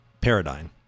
paradigm